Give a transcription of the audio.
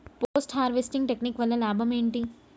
Post harvesting technique వల్ల లాభం ఏంటి?